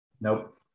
Nope